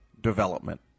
development